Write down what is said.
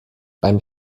beim